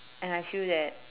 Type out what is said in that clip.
and I feel that